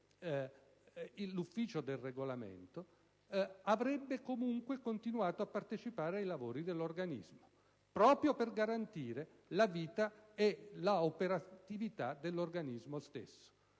Giunta per il Regolamento, avrebbe comunque continuato a partecipare ai lavori dell'organismo, proprio per garantirne la vita e l'operatività. Io spero che lo stesso